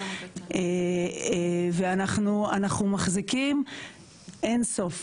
ואנחנו מחזיקים אין סוף.